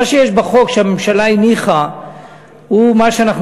מה שיש בחוק שהממשלה הניחה הוא מה שאנחנו